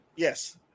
Yes